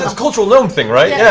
ah cultural gnome thing, right? yeah